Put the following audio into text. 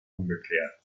ungeklärt